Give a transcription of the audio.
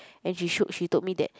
and she showed she told me that